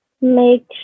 make